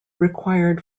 required